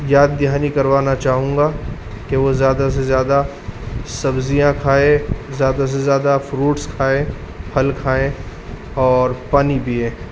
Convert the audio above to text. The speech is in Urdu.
یاددہانی کروانا چاہوں گا کہ وہ زیادہ سے زیادہ سبزیاں کھائے زیادہ سے زیادہ فروٹس کھائے پھل کھائے اور پانی پیے